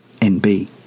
NB